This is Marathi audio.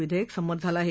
विधेयक संमत झालं आहे